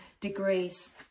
degrees